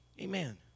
Amen